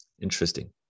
Interesting